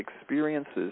experiences